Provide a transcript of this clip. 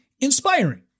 inspiring